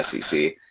SEC